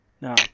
Now